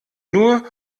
nur